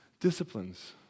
disciplines